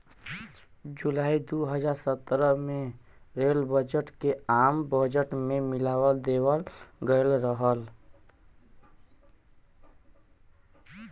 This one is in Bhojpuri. जुलाई दू हज़ार सत्रह में रेल बजट के आम बजट में मिला देवल गयल रहल